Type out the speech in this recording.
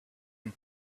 and